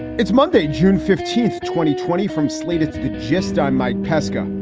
it's monday, june fifteenth, twenty twenty, from slated to the gist i'm mike pesca. um